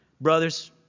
Brothers